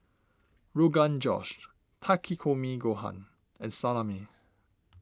Rogan Josh Takikomi Gohan and Salami